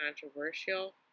controversial